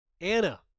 Anna